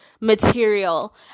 material